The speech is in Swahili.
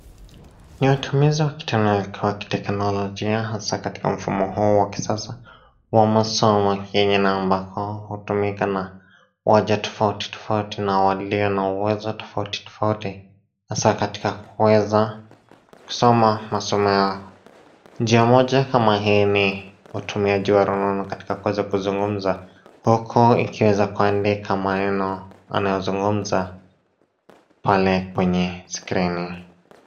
Ni utumizi wa kiteknolojia has wa katika mfumo huu wa kisasa wa msomo yenye na ambako hutumika na waja tofauti tofauti na walio na uwezo tofauti tofauti hasa katika kuweza kusoma katika njia moja kama hii ni utumiaji wa fununu kuzungumza huku ikiweza kuandika maneno. Anazungumza pale kwenye skrini.